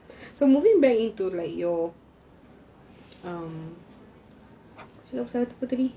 so moving back into like your um cakap siapa tadi